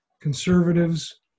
conservatives